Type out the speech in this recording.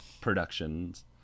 productions